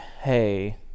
Hey